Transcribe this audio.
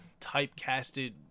typecasted